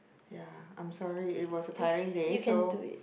ya I'm sorry it was a tiring day so